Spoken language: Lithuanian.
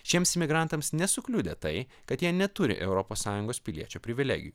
šiems imigrantams nesukliudė tai kad jie neturi europos sąjungos piliečio privilegijų